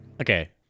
okay